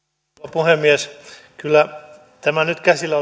puhemies tätä nyt käsillä